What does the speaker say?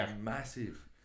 massive